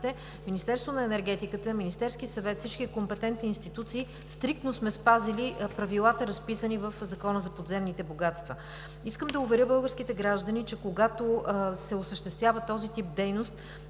Министерството на енергетиката, Министерският съвет, всички компетентни институции стриктно сме спазили правилата, разписани в Закона за подземните богатства. Искам да уверя българските граждани, че когато се осъществява този тип дейност,